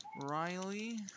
Riley